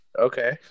Okay